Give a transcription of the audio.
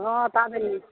हँ पाबनि